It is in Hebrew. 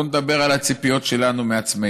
בואו נדבר על הציפיות של מעצמנו.